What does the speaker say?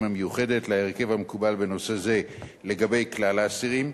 המיוחדת להרכב המקובל בנושא זה לגבי כלל האסירים,